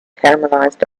caramelized